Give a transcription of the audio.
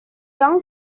young